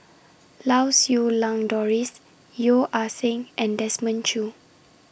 Lau Siew Lang Doris Yeo Ah Seng and Desmond Choo